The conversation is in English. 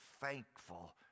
thankful